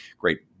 great